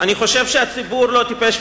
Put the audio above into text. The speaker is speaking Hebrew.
אני חושב שהציבור לא טיפש,